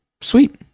sweet